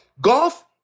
Golf